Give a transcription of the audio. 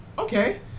Okay